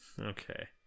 Okay